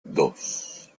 dos